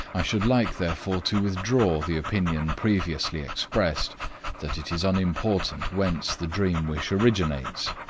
i should like, therefore, to withdraw the opinion previously expressed that it is unimportant whence the dream-wish originates,